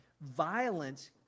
Violence